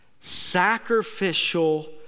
sacrificial